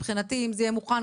מבחינתי אם זה יהיה מוכן,